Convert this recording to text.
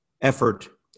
effort